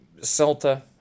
Celta